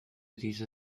diese